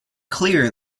clear